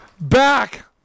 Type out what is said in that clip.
Back